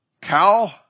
Cow